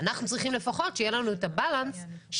אנחנו צריכים לפחות שיהיה לנו את ה-balance שבו